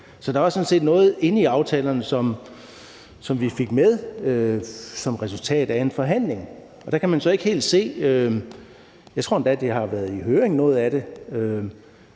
Så der var sådan set noget inde i aftalerne, som vi fik med som resultat af en forhandling. Jeg tror endda, noget af det har været i høring. Så det